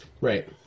Right